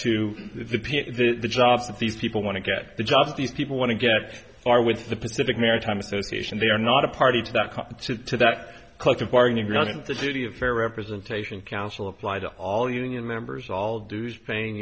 to the pm the job that these people want to get the job the people want to get are with the pacific maritime association they are not a party to that to that collective bargaining agreement the duty of fair representation council apply to all union members all dues paying